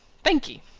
thankee.